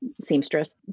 seamstress